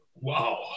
wow